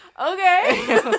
okay